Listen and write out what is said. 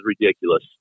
ridiculous